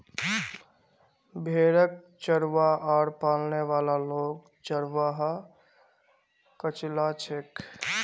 भेड़क चरव्वा आर पालने वाला लोग चरवाहा कचला छेक